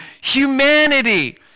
humanity